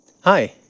hi